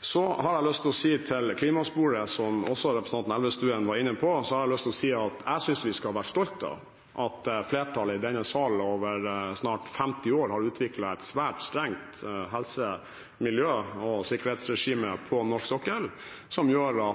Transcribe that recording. Så har jeg lyst til å si til klimasporet, som også representanten Elvestuen var inne på, at jeg synes vi skal være stolt av at flertallet i denne sal i over snart 50 år har utviklet et svært strengt helse-, miljø- og sikkerhetsregime på norsk sokkel, som gjør at